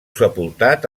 sepultat